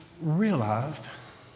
realized